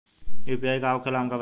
UPI का होखेला हमका बताई?